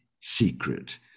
secret